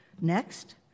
Next